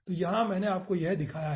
तो यहाँ मैंने आपको वह दिखाया है